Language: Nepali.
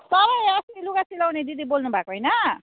तपाईँ अस्ति लुगा सिलाउने दिदी बोल्नु भएको होइन